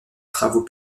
travaux